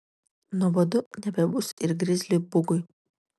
nuobodu nebebus ir grizliui bugui